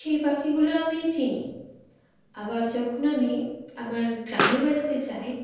সেই পাখিগুলো আমিই চিনি আবার যখন আমি আমার গ্রামের বাড়িতে যাই